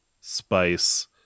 Spice